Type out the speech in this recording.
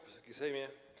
Wysoki Sejmie!